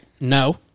No